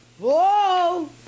Whoa